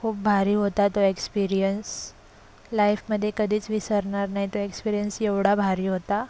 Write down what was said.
खूप भारी होता तो एक्सपिरियन्स लाईफमध्ये कधीच विसरणार नाही तो एक्सपिरियन्स एवढा भारी होता